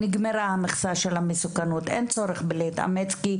נגמרה המכסה של המסוכנות ואין צורך להתאמץ.